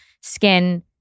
skin